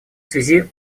связи